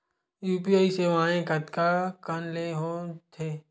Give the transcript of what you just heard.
UPI सेवाएं कतका कान ले हो थे?